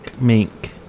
mink